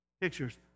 Pictures